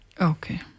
Okay